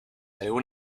algún